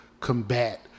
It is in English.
Combat